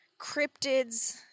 cryptids